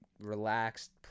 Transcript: relaxed